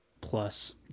plus